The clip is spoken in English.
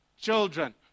children